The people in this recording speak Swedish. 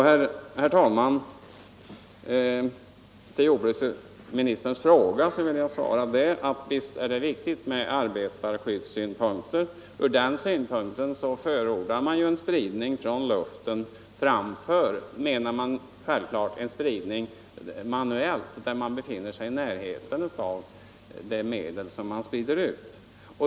Herr talman! På jordbruksministerns frågor vill jag svara att visst är det viktigt med arbetarskydd. Ur den synpunkten förordar vi självfallet en spridning från luften framför manuell spridning där man befinner sig i närheten av de medel som man sprider ut.